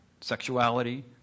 sexuality